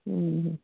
ꯎꯝ